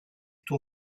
tuo